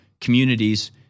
communities